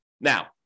Now